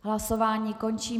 Hlasování končím.